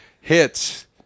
hits